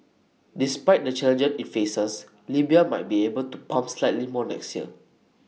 despite the challenges IT faces Libya might be able to pump slightly more next year